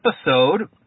episode